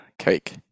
cake